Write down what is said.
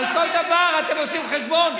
על כל דבר אתם עושים חשבון?